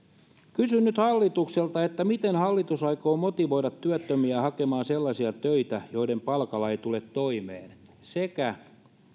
kysyn nyt hallitukselta miten hallitus aikoo motivoida työttömiä hakemaan sellaisia töitä joiden palkalla ei tule toimeen ja